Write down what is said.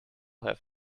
have